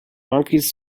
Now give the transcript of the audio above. monkeys